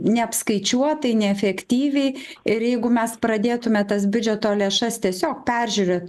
neapskaičiuotai neefektyviai ir jeigu mes pradėtumėme tas biudžeto lėšas tiesiog peržiūrėt